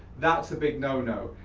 that's a big no-no.